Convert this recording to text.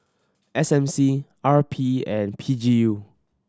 S M C R P and P G U